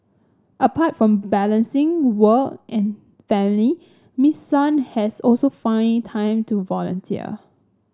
apart from balancing work and family Miss Sun has also found time to volunteer